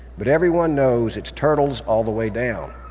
but everyone knows, it's turtles all the way down.